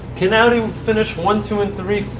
can audi finish one, two, and three,